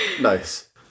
Nice